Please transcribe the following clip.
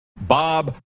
Bob